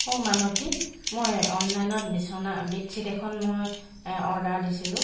অঁ মানসী মই অনলাইনত বিচনা বেডছিট এখন মই অৰ্ডাৰ দিছিলোঁ